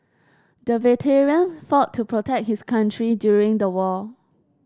the veteran fought to protect his country during the war